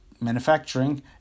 manufacturing